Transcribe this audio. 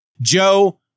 Joe